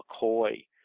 McCoy